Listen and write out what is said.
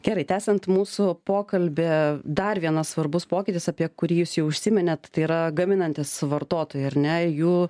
gerai tęsiant mūsų pokalbį dar vienas svarbus pokytis apie kurį jūs jau užsiminėt tai yra gaminantys vartotojai ar ne jų